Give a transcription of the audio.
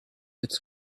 its